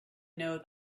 know